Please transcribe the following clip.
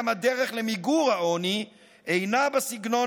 גם הדרך למיגור העוני אינה בסגנון